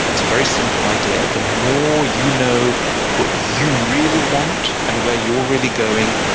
it's a very simple idea. the more you know what you really want and where you're really going,